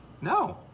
No